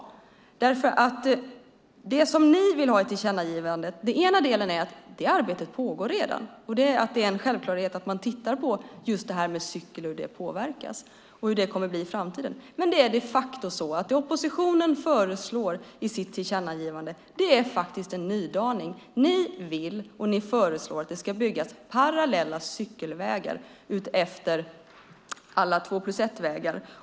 Beträffande det som ni vill ha ett tillkännagivande om pågår redan ett arbete. Det är en självklarhet att titta på just cykling samt på hur det påverkas och hur det kommer att bli med det i framtiden. Det oppositionen föreslår beträffande tillkännagivandet är de facto en nydaning. Ni föreslår och vill att det byggs cykelvägar parallellt med alla två-plus-ett-vägar.